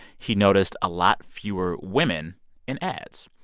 he noticed a lot fewer women in ads,